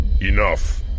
enough